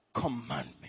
commandment